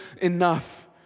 enough